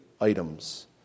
items